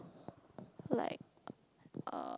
like uh